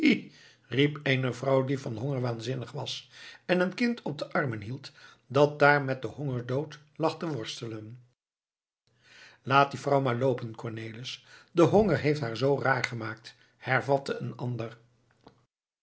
riep eene vrouw die van honger waanzinnig was en een kind op de armen hield dat daar met den hongerdood lag te worstelen laat die vrouw maar loopen cornelis de honger heeft haar zoo raar gemaakt hervatte een ander